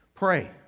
Pray